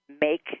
make